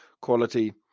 quality